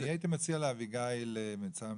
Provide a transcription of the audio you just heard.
אני הייתי מציע לאביגיל ממשרד